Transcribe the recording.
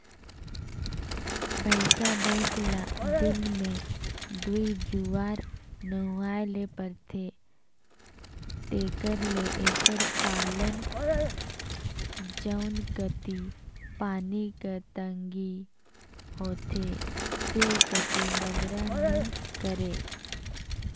भंइसा भंइस ल दिन में दूई जुवार नहुवाए ले परथे तेकर ले एकर पालन जउन कती पानी कर तंगी होथे ते कती बगरा नी करें